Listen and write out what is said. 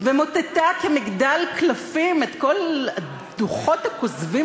ומוטטה כמגדל קלפים את כל הדוחות הכוזבים